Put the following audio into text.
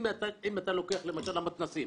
אם אתה לוקח למשל את המתנ"סים